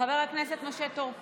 חבר הכנסת משה טור פז,